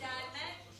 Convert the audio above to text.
האמת,